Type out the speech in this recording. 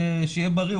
שיהיה בריא,